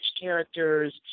characters